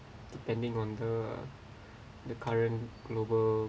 depending on the the current global